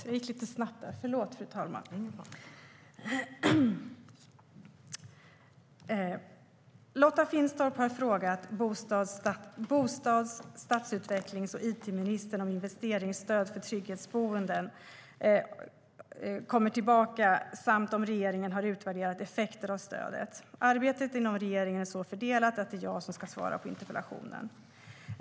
Fru talman! Lotta Finstorp har frågat bostads-, stadsutvecklings och it-ministern om investeringsstödet för trygghetsboende kommer tillbaka samt om regeringen har utvärderat effekten av stödet. Arbetet inom regeringen är så fördelat att det är jag som ska svara på interpellationen.